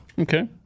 Okay